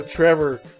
Trevor